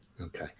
Okay